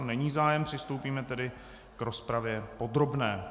Není zájem, přistoupíme tedy k rozpravě podrobné.